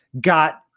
got